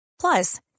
Plus